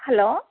hello